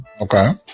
okay